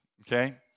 okay